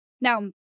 Now